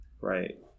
right